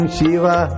Shiva